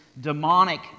demonic